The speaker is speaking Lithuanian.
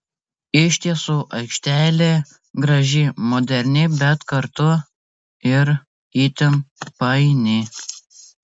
iš tiesų aikštelė graži moderni bet kartu ir itin paini